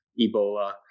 Ebola